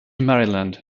maryland